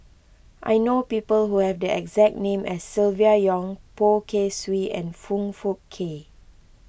I know people who have the exact name as Silvia Yong Poh Kay Swee and Foong Fook Kay